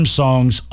songs